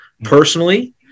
personally